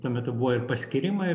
tuo metu buvo ir paskyrimai